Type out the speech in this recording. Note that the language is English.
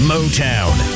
Motown